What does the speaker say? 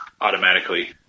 automatically